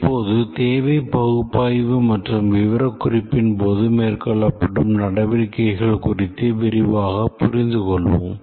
இப்போது தேவை பகுப்பாய்வு மற்றும் விவரக்குறிப்பின் போது மேற்கொள்ளப்படும் நடவடிக்கைகள் குறித்து விரிவாக புரிந்துகொள்வோம்